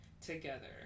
together